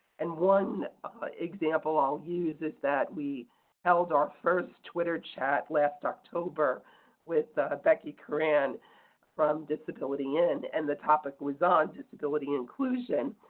and one example i'll use is that we held our first twitter chat last october with becky curran from disability in. and the topic was on disability inclusion.